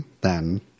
then-